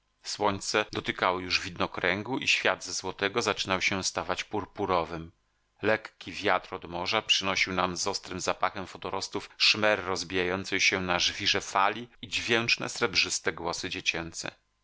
słońce dotykało już widnokręgu i świat ze złotego zaczynał się stawać purpurowym lekki wiatr od morza przynosił nam z ostrym zapachem wodorostów szmer rozbijającej się na żwirze fali i dźwięczne srebrzyste głosy dziecięce